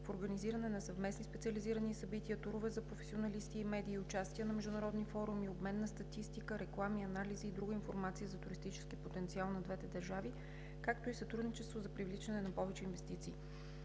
в организиране на съвместни специализирани събития, турове за професионалисти и медии, участия на международни форуми, обмен на статистика, рекламни анализи и друга информация за туристическия потенциал на двете държави, както и сътрудничество за привличане на повече инвестиции.